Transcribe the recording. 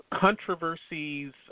Controversies